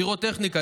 10. פירוטכניקה,